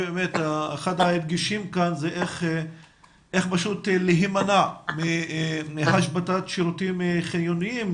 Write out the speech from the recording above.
אחד ההדגשים כאן הוא איך להימנע מהשבתת שירותים חיוניים,